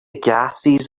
gases